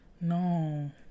no